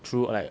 through like